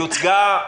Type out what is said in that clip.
היא הוצגה,